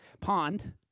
pond